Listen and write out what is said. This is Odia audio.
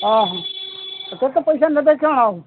ହଁ ହଁ ତ କେତେ ପଇସା ନେବେ କ'ଣ ଆଉ